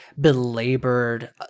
belabored